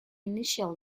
initial